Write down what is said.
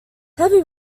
heavy